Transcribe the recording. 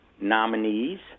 nominees